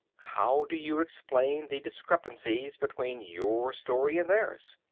how do you explain the discrepancies between your story and theirs?